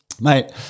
mate